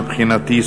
מבחינתי,